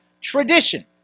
tradition